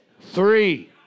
three